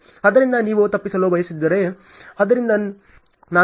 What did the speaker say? ಆದ್ದರಿಂದ ನೀವು ತಪ್ಪಿಸಲು ಬಯಸಿದ್ದೀರಿ